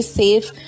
safe